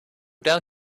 down